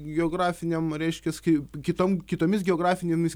geografinėm reiškias kai kitom kitomis geografinėmis